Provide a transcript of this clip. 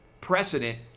precedent